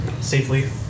safely